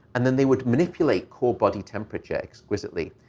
and then they would manipulate core body temperature exquisitely.